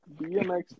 BMX